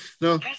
no